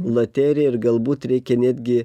loterija ir galbūt reikia netgi